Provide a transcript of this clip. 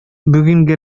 бүгенге